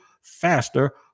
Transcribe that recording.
faster